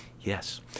yes